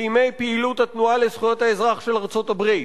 בימי פעילות התנועה לזכויות האזרח של ארצות-הברית.